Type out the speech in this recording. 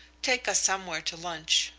take us somewhere to lunch,